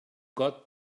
got